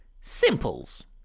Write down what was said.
Simples